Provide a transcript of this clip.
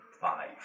five